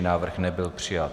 Návrh nebyl přijat.